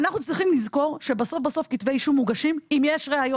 אנחנו צריכים לזכור שבסוף בסוף שכתבי אישום מוגשים אם יש ראיות,